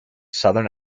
southern